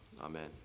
Amen